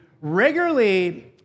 regularly